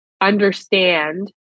understand